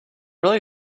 really